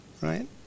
right